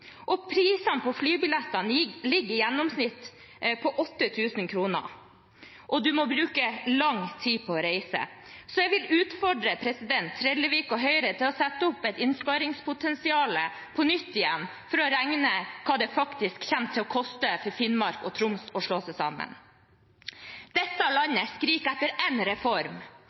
og prisene på flybilletter ligger i gjennomsnitt på 8 000 kr, og man må bruke lang tid på å reise. Så jeg vil utfordre Trellevik og Høyre til å sette opp et innsparingspotensial på nytt for å regne ut hva det faktisk kommer til å koste Finnmark og Troms å slå seg sammen. Dette landet skriker etter én reform,